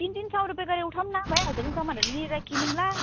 तिन तिन सौ रुपियाँ गरेर उठाउन भइहाल्छ नि सामानहरू मिलेर किनौँला